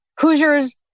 Hoosiers